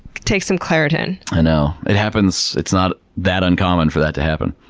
take some claritin? i know it happens. it's not that uncommon for that to happen.